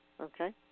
okay